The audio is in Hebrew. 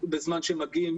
בזמן שהם מגיעים,